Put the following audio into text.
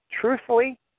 truthfully